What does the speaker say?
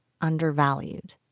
undervalued